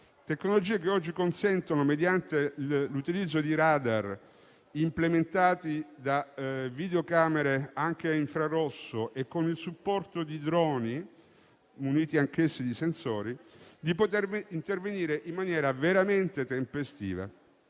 tecnologie che oggi consentono, mediante l'utilizzo di radar implementati da videocamere a infrarossi e con il supporto di droni, muniti anch'essi di sensori, di poter intervenire in maniera veramente tempestiva